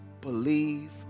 Believe